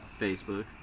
Facebook